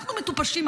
אנחנו מטופשים,